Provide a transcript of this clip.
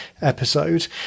episode